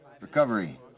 Recovery